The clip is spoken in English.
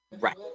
right